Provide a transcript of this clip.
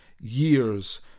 years